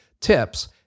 tips